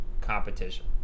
Competition